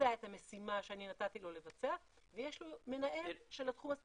לבצע את המשימה שאני נתתי לו לבצע ויש לו מנהל של התחום הספציפי.